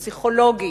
פסיכולוגי,